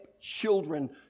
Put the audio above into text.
Children